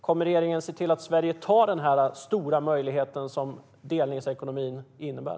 Kommer regeringen att se till att Sverige tar vara på den stora möjlighet som delningsekonomin innebär?